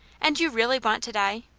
and you really want to die